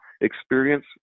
experience